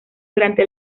durante